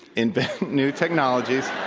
invent new technology